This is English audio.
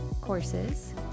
courses